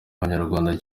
abanyarwanda